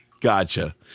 Gotcha